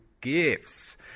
gifts